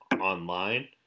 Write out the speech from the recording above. online